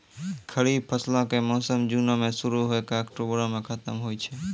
खरीफ फसलो के मौसम जूनो मे शुरु होय के अक्टुबरो मे खतम होय छै